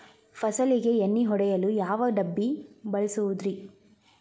ಫಸಲಿಗೆ ಎಣ್ಣೆ ಹೊಡೆಯಲು ಯಾವ ಡಬ್ಬಿ ಬಳಸುವುದರಿ?